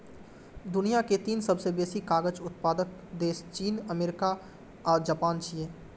दुनिया के तीन सबसं बेसी कागज उत्पादक देश चीन, अमेरिका आ जापान छियै